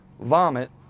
vomit